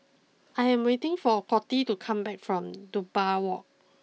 I am waiting for a Coty to come back from Dunbar walk